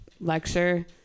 lecture